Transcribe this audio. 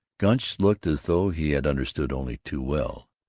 gunch looked as though he had understood only too well.